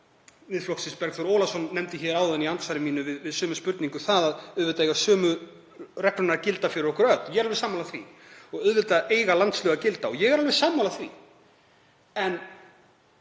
Miðflokksins, Bergþór Ólason, nefndi áðan í andsvari sínu við sömu spurningu að auðvitað eiga sömu reglur að gilda fyrir okkur öll. Ég er alveg sammála því. Auðvitað eiga landslög að gilda og ég er alveg sammála því.